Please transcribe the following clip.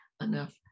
enough